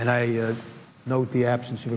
and i know the absence of